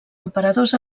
emperadors